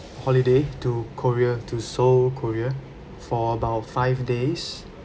holiday to korea to seoul korea for about five days